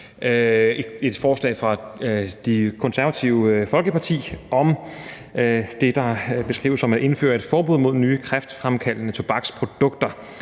et forslag fra Det Konservative Folkeparti om det, der beskrives som at indføre et forbud mod nye kræftfremkaldende tobaksprodukter.